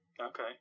Okay